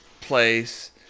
place